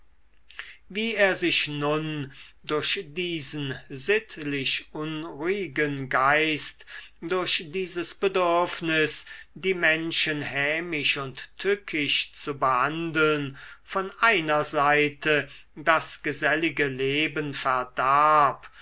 wie er sich nun durch diesen sittlich unruhigen geist durch dieses bedürfnis die menschen hämisch und tückisch zu behandeln von einer seite das gesellige leben verdarb